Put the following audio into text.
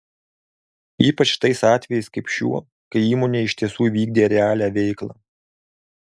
ypač tais atvejais kaip šiuo kai įmonė iš tiesų vykdė realią veiklą